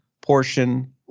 portion